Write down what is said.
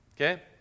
Okay